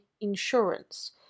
insurance